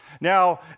Now